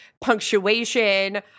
punctuation